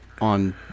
on